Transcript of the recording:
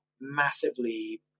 massively